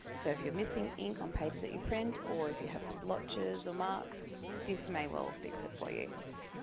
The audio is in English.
so if you're missing ink on pages that you print or if you have splotches or marks this may well fix it for you.